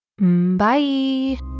Bye